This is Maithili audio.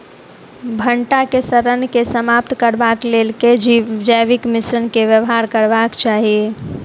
भंटा केँ सड़न केँ समाप्त करबाक लेल केँ जैविक मिश्रण केँ व्यवहार करबाक चाहि?